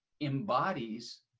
embodies